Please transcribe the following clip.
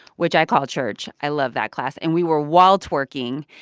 which i call church. i love that class. and we were wall-twerking.